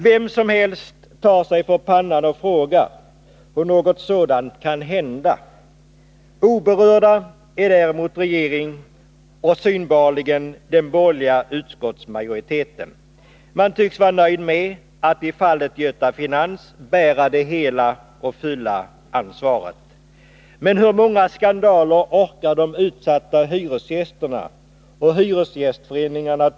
Vem som helst tar sig för pannan och frågar hur något sådant kan hända. Oberörd är däremot regeringen och — synbarligen — den borgerliga utskottsmajoriteten. Man tycks vara nöjd med att i fallet Göta Finans bära det fulla ansvaret. Men hur många skandaler av liknande slag tål de utsatta hyresgästerna och hyresgästföreningen?